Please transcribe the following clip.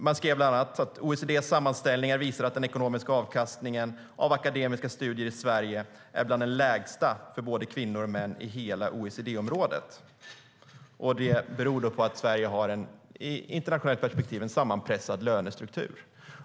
De skrev bland annat att OECD:s sammanställningar visar att den ekonomiska avkastningen av akademiska studier i Sverige är bland den lägsta för både kvinnor och män i hela OECD-området. Det beror på att Sverige har en i internationellt perspektiv sammanpressad lönestruktur.